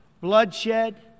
bloodshed